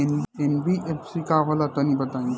NBFC का होला तनि बताई?